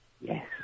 Yes